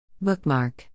Bookmark